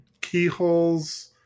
keyholes